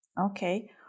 Okay